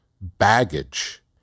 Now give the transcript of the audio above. baggage